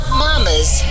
mama's